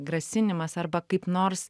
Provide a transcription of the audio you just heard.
grasinimas arba kaip nors